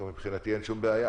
מבחינתי, אין שום בעיה.